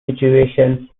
situations